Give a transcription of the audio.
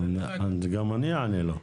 גם אני אענה לו.